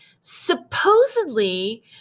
supposedly